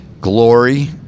glory